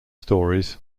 stories